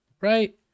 right